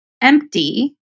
empty